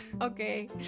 Okay